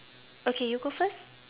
okay you go first